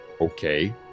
Okay